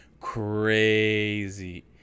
Crazy